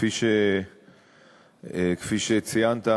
כפי שציינת,